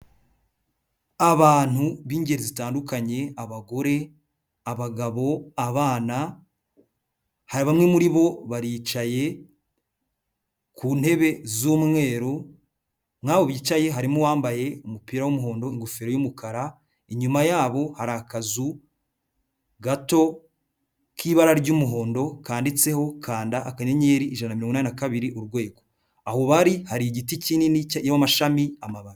Abantu b'ingeri zitandukanye abagore, abagabo, abana hari bamwe muri bo baricaye ku ntebe z'umweru, mu abo bicaye harimo uwambaye umupira w'umuhondo, ingofero y'umukara, inyuma yabo hari akazu gato k'ibara ry'umuhondo kanditseho kanda akanyenyeri ijana na mirongo inani na kabiri urwego, aho bari hari igiti kinini kirimo amashami, amababi.